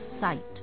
Sight